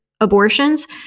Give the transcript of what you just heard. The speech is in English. abortions